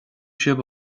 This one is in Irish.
sibh